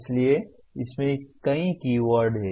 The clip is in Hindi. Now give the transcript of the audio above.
इसलिए इसमें कई कीवर्ड हैं